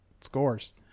Scores